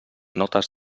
notes